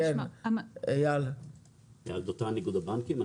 איגוד הבנקים.